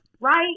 right